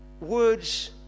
words